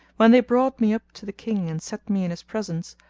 when they brought me up to the king and set me in his presence,